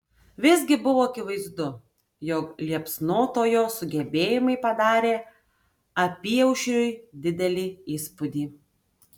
visgi buvo akivaizdu jog liepsnotojo sugebėjimai padarė apyaušriui didelį įspūdį